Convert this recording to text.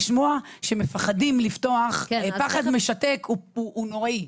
שזה עולם שלם שאנחנו מייחסים לו צוות שלם שיתעסק עם הדבר הזה,